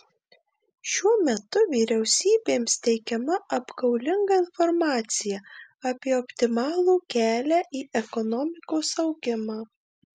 šiuo metu vyriausybėms teikiama apgaulinga informacija apie optimalų kelią į ekonomikos augimą